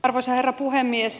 arvoisa herra puhemies